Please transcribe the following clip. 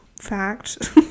fact